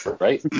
Right